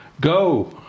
go